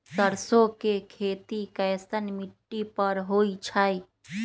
सरसों के खेती कैसन मिट्टी पर होई छाई?